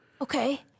Okay